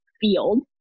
field